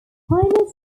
pinus